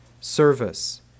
service